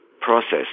process